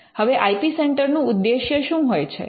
હવે I P centre નું ઉદ્દેશ્ય શું હોય છે